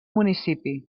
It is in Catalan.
municipi